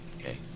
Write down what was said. okay